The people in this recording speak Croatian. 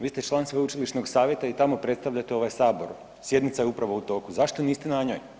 Vi ste član Sveučilišnog savjeta i tamo predstavljate ovaj Sabor, sjednica je upravo u toku, zašto niste na njoj?